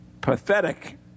pathetic